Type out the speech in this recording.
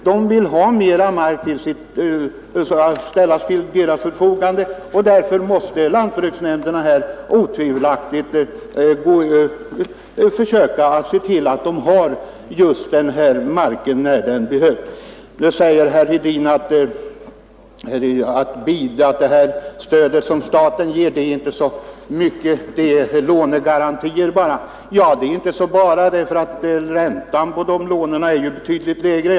De vill att mera mark skall ställas till deras förfogande, och därför måste lantbruksnämnderna försöka se till att de har mark, när den behövs. Nu säger herr Hedin att det stöd som staten ger är inte så stort — det är lånegarantier bara. Ja, det är inte så bara, för räntan på de lånen är betydligt lägre än på andra lån.